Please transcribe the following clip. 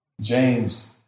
James